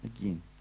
Again